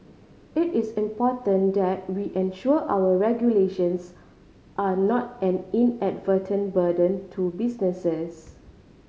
it is important that we ensure our regulations are not an inadvertent burden to businesses